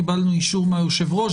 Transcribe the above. קיבלנו אישור מהיושב-ראש.